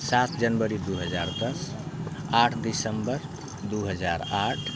सात जनवरी दू हजार दस आठ दिसम्बर दू हजार आठ